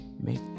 make